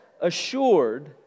assured